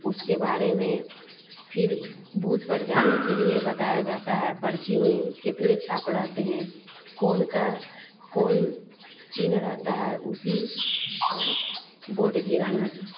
उसके बारे में फिर बूथ पड़ जाने के लिए बताया जाता है पर्ची में कितने छाप रहते हैं कौन का कौन चिन्ह रहता है उसी पडर बोट गिराना है